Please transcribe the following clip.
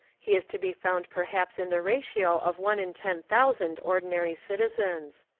he is to be found perhaps in the ratio of one in ten thousand ordinary citizens.